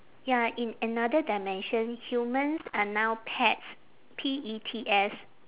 ya in another dimension humans are now pets P E T S